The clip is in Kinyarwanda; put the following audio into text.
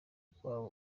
rwabo